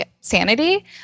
sanity